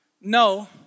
No